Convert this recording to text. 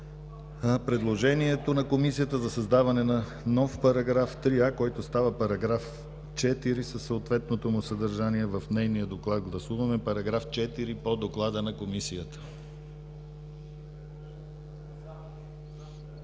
предложението на Комисията за създаване на нов § 3а, който става § 4, със съответното му съдържание в нейния доклад. Гласуваме § 4 по доклада на Комисията. Гласували